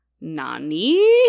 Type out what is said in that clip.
nani